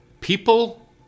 People